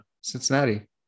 Cincinnati